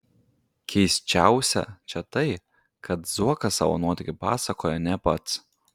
keisčiausia čia tai kad zuokas savo nuotykį pasakoja ne pats